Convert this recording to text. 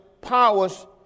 powers